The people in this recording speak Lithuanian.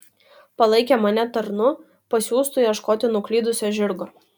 palaikė mane tarnu pasiųstu ieškoti nuklydusio žirgo